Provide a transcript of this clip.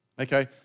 okay